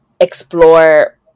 explore